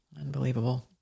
Unbelievable